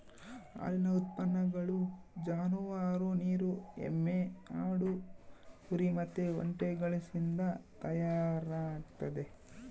ಹಾಲಿನ ಉತ್ಪನ್ನಗಳು ಜಾನುವಾರು, ನೀರು ಎಮ್ಮೆ, ಆಡು, ಕುರಿ ಮತ್ತೆ ಒಂಟೆಗಳಿಸಿಂದ ತಯಾರಾಗ್ತತೆ